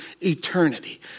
eternity